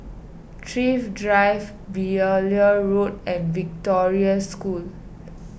Thrift Drive Beaulieu Road and Victoria School